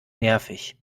nervig